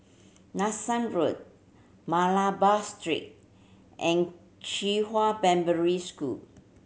Nanson Road Malabar Street and Qihua Primary School